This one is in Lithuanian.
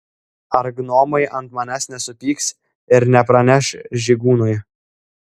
ar gnomai ant manęs nesupyks ir nepraneš žygūnui